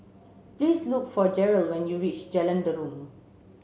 please look for Jerrell when you reach Jalan Derum